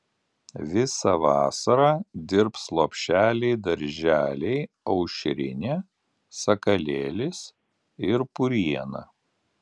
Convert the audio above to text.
visą vasarą dirbs lopšeliai darželiai aušrinė sakalėlis ir puriena